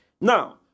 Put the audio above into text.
Now